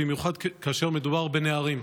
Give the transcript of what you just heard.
במיוחד כאשר מדובר בנערים.